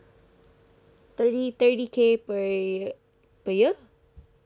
thirty thirty K per per year